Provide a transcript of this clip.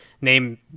name